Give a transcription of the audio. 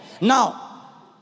Now